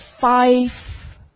five